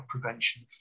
prevention